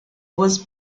was